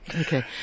Okay